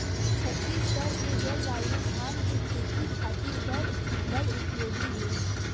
छत्तीसगढ़ के जलवायु धान के खेती खातिर बर बड़ उपयोगी हे